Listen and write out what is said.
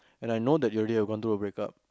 and I know that you already have gone through a break up